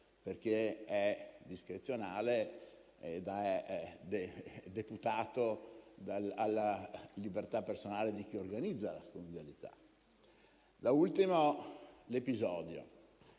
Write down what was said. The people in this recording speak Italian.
perché è discrezionale ed è deputato alla libertà personale di chi organizza la convivialità. Da ultimo, sull'episodio,